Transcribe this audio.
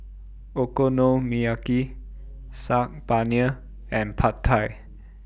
Okonomiyaki Saag Paneer and Pad Thai